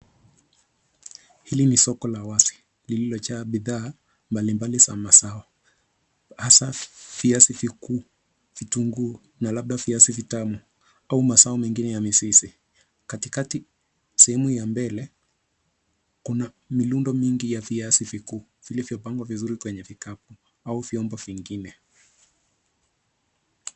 Hili ni soko la wazi lililojaa bidhaa mbalimbali za mazao hasa viazi vikuu, vitunguu na labda viazi vitamu au mazao mengine ya mizizi. Katikati, sehemu ya mbele kuna mirundo mingi ya viazi vikuu vilivyopangwa vizuri kwenye vikapu au vyombo vingine.